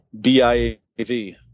B-I-A-V